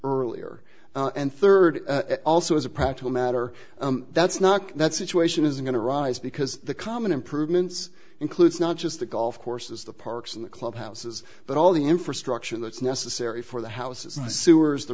earlier and third also as a practical matter that's not that situation is going to arise because the common improvements includes not just the golf courses the parks and the club houses but all the infrastructure that's necessary for the houses the sewers the